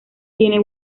tiene